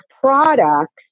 products